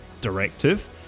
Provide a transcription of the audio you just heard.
directive